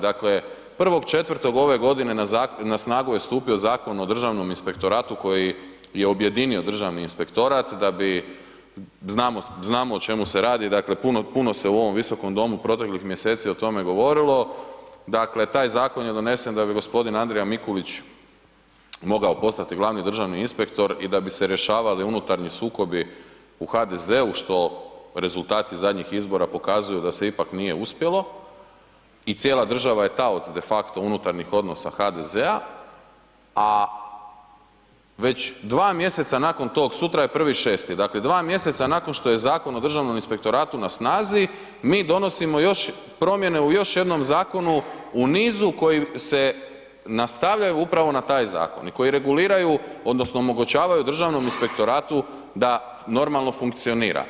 Dakle 1.4. ove godine na snagu je stupio Zakon o Državnim inspektoratu koji je objedinio Državni inspektorat, da bi, znamo o čemu se radi, dakle puno se u ovom Visokom domu proteklih mjeseci o tome govorilo, dakle taj zakon je donesen da bi g. Andrija Mikulić mogao postati glavni državni inspektor i da se rješavali unutarnji sukobi u HDZ-u što rezultati zadnjih izbora pokazuju da se ipak nije uspjelo i cijela država je taoc de facti unutarnjih odnosa HDZ-a a već 2 mj. nakon tog, sura je 1.6., dakle 2 mj. nakon što je Zakon o Državnom inspektoratu na snazi, mi donosimo promjene u još jednom zakonu u nizu koji se nastavljaju upravo na taj zakon i koji reguliraju odnosno omogućavaju Državnom inspektoratu da normalno funkcionira.